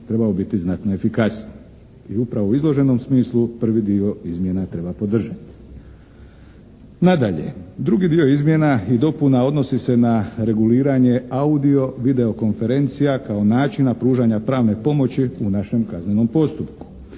trebao biti znatno efikasniji. I upravo u izloženom smislu prvi dio izmjena treba podržati. Nadalje, drugi dio izmjena i dopuna odnosi se na reguliranje audio video konferencija kao načina pružanja pravne pomoći u našem kaznenom postupku.